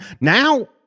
Now